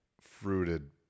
fruited